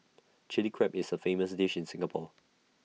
Chilli Crab is A famous dish in Singapore